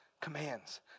commands